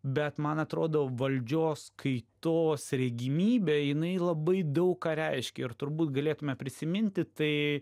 bet man atrodo valdžios kaitos regimybė jinai labai daug ką reiškia ir turbūt galėtume prisiminti tai